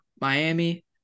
Miami